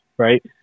Right